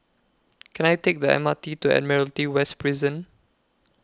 Can I Take The M R T to Admiralty West Prison